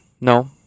no